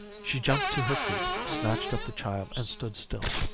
she jumped to her feet, snatched up the child, and stood still.